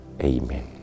Amen